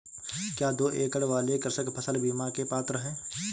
क्या दो एकड़ वाले कृषक फसल बीमा के पात्र हैं?